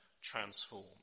transformed